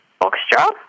Orchestra